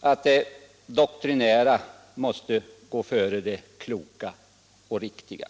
man ett intryck av att det doktrinära ibland får gå före det kloka och riktiga.